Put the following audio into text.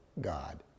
God